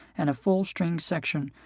and a full string section,